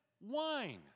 wine